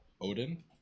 Odin